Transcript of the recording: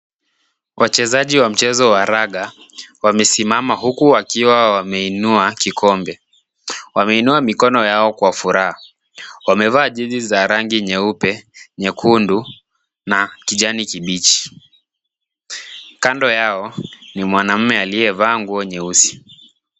Wachezaji wa mchezo wa raga, wamesimama huku wakiwa wameinua kikombe. Wameinua mikono yao kwa furaha. Wamevaa jezi za rangi nyeupe, nyekundu na kijani kibichi. Kando yao ni mwanaume aliyevaa nguo nyeusi.